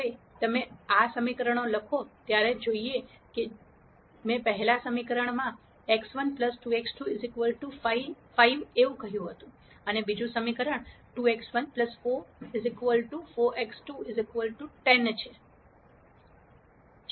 હવે તમે આ સમીકરણો લખો ત્યારે સમીકરણો જોઈએ જેમ કે મેં પહેલા સમીકરણ x1 2x2 5 પહેલાં કહ્યું હતું અને બીજું સમીકરણ 2x1 4 4x2 10 છે